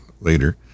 later